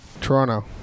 Toronto